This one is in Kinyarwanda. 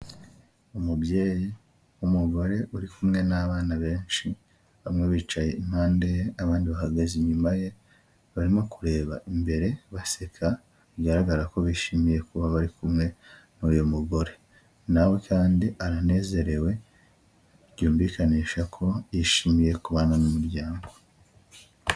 Umubyeyi w’umugore uri kumwe n'abana benshi, bamwe bicaye impande ye, abandi bahagaze inyuma ye barimo kureba imbere baseka bigaragara ko bishimiye kuba bari kumwe n'uyu mugore, nawe kandi aranezerewe byumvikanisha ko yishimiye kubana n’umuryango.